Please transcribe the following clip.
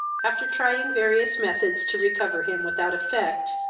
after trying various methods to recover him without effect,